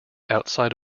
outside